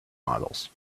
models